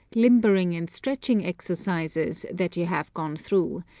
limbering and stretching exercises, that you have gone through,